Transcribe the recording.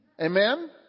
Amen